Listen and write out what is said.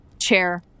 chair